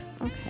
Okay